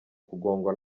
kugongwa